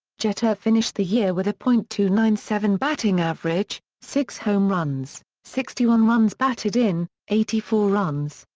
jeter finished the year with a point two nine seven batting average, six home runs, sixty one runs batted in, eighty four runs,